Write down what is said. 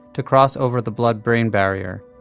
to cross over the blood-brain barrier.